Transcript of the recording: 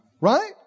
Right